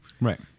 Right